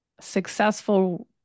successful